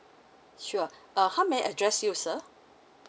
sure uh how may I address you sir